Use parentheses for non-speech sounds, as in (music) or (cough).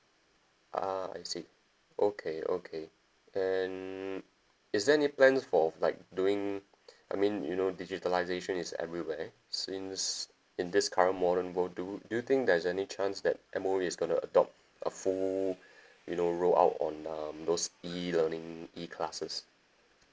ah I see okay okay and is there any plans for like doing I mean you know digitisation is everywhere since in this current modern world do do you think there's any chance that M_O_E is going to adopt a full (breath) you know roll out on um those E learning E classes